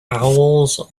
owls